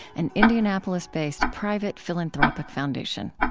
an indianapolis-based private philanthropic foundation